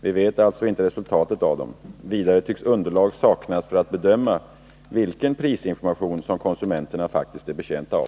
Vi vet alltså inte resultatet av dem. Vidare tycks underlag saknas för att bedöma vilken prisinformation som konsumenterna faktiskt är betjänta av.